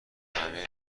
همهی